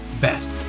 best